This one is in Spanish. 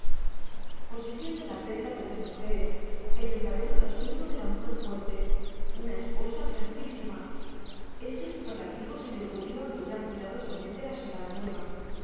poseyendo la perla de las mujeres el verdadero trasunto de la mujer fuerte una esposa castísima este superlativo se le ocurrió al doblar cuidadosamente la sotana nueva